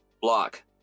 Block